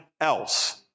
else